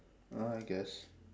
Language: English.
ah I guess